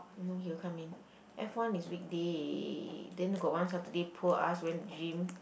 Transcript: no he will come in F one is weekday then got one Saturday poor us went to gym